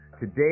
Today